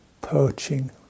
perching